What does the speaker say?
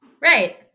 right